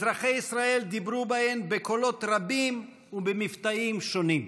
אזרחי ישראל דיברו בהן בקולות רבים ובמבטאים שונים,